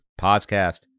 podcast